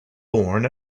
born